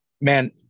man